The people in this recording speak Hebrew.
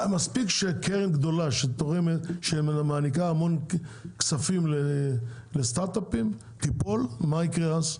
מספיק שקרן גדולה שמעניקה המון כספים לסטארטאפים תיפול מה יקרה אז?